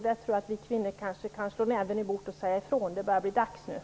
Här tror jag att det är dags för oss kvinnor att slå näven i bordet och säga ifrån.